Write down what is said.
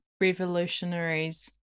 revolutionaries